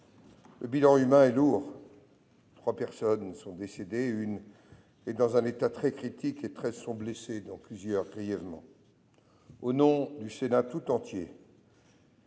Le bilan humain est lourd : trois personnes sont décédées, une autre est dans un état très critique et treize sont blessées, dont plusieurs grièvement. Au nom du Sénat tout entier,